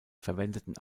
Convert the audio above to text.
verwendeten